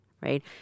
right